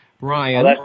Ryan